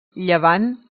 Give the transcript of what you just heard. llevant